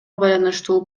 байланыштуу